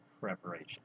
preparation